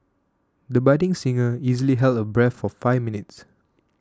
the budding singer easily held her breath for five minutes